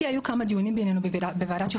כי היו כמה דיונים בעניינו בוועדת שחרורים.